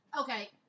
Okay